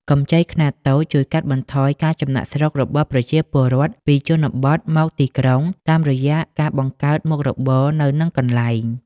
កម្ចីខ្នាតតូចជួយកាត់បន្ថយការចំណាកស្រុករបស់ប្រជាពលរដ្ឋពីជនបទមកទីក្រុង តាមរយៈការបង្កើតមុខរបរនៅនឹងកន្លែង។